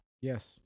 yes